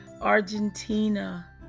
Argentina